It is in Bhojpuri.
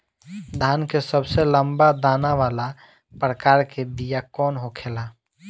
धान के सबसे लंबा दाना वाला प्रकार के बीया कौन होखेला?